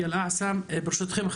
ברשותכם,